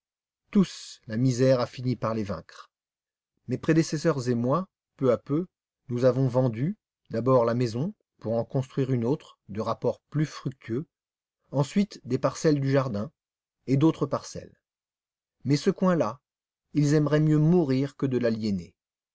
tous la misère a fini par les vaincre mes prédécesseurs et moi peu à peu nous avons vendu d'abord la maison pour en construire une autre de rapport plus fructueux ensuite des parcelles du jardin et d'autres parcelles mais ce coin là ils aimeraient mieux mourir que de l'aliéner